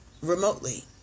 remotely